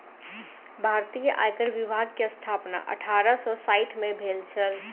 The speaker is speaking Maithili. भारतीय आयकर विभाग के स्थापना अठारह सौ साइठ में भेल छल